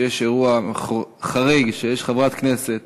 כשיש אירוע חריג וחברת כנסת